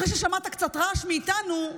אחרי ששמעת קצת רעש מאיתנו,